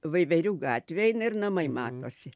veiverių gatvėj ir namai matosi